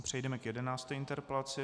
Přejdeme k jedenácté interpelaci.